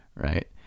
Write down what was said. right